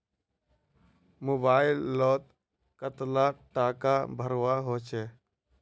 Mobile लोत कतला टाका भरवा होचे?